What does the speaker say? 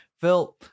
Phil